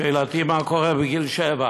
שאלתי: מה קורה בגיל שבע?